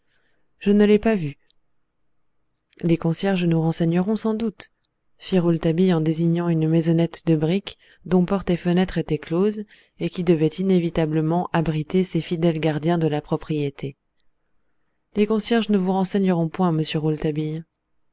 je ne l'ai pas vu les concierges nous renseigneront sans doute fit rouletabille en désignant une maisonnette de briques dont porte et fenêtres étaient closes et qui devait inévitablement abriter ces fidèles gardiens de la propriété les concierges ne vous renseigneront point monsieur